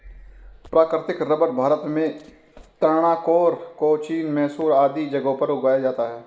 प्राकृतिक रबर भारत में त्रावणकोर, कोचीन, मैसूर आदि जगहों पर उगाया जाता है